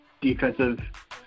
defensive